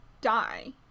die